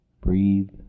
breathe